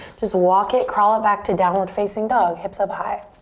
just walk it, crawl back to downward facing dog. hips up high.